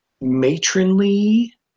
matronly